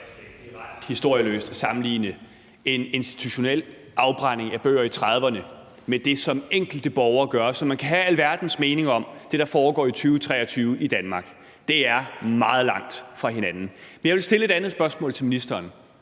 historieløst at sammenligne en institutionel afbrænding af bøger i 1930'erne med det, som enkelte borgere gør. Man kan have alverdens meninger om det, der foregår i 2023 i Danmark, men det er meget langt fra hinanden. Jeg vil stille et andet spørgsmål til ministeren: